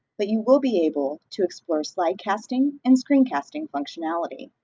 but you will be able to explore slide casting and screen casting functionality.